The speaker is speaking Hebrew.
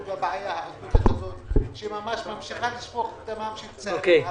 בבעיה הזאת שממשיכה לשפוך דמם של צעירים ערבים.